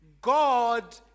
God